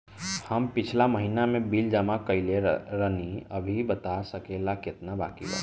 हम पिछला महीना में बिल जमा कइले रनि अभी बता सकेला केतना बाकि बा?